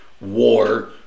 war